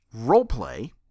roleplay